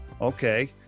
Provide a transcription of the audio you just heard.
okay